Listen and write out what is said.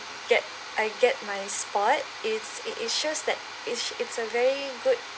get I get my spot it's it is shows that it's it's a very good